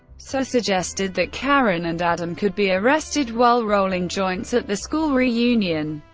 so suggested that karen and adam could be arrested while rolling joints at the school reunion.